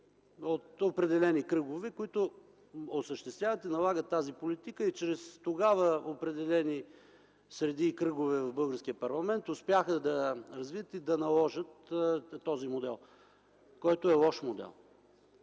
от определени кръгове, които осъществяват и налагат тази политика, и чрез определени среди и кръгове в българския парламент успяха да развият и да наложат този модел, който е лош модел.